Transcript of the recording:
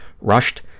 rushed